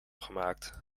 gemaakt